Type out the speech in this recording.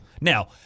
Now